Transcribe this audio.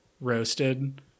roasted